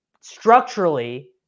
structurally